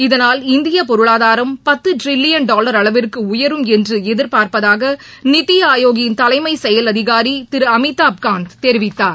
இதனால் இந்திய பொருளாதாரம் பத்து ட்ரில்லியன் டாலர் அளவிற்கு உயரும் என்று எதிர்பார்ப்பதாக நித்தி ஆயோக்கின் தலைமை செயல் அதிகாரி திரு அமிதாப்காந்த் தெரிவித்தார்